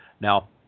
Now